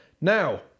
now